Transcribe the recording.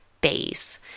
base